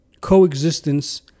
coexistence